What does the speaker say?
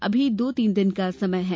अभी दो तीन दिन का समय है